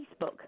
Facebook